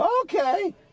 Okay